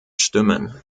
stimmen